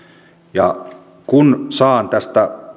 ja kun saan tästä